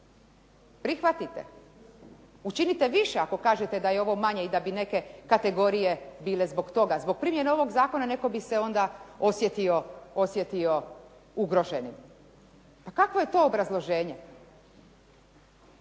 prihvatite. Učinite više ako kažete da je ovo manje i da bi neke kategorije bile zbog toga. Zbog primjene ovog zakona netko bi se onda osjetio ugroženim. Pa kakvo je to obrazloženje?